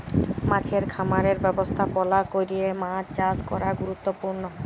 মাছের খামারের ব্যবস্থাপলা ক্যরে মাছ চাষ ক্যরা গুরুত্তপুর্ল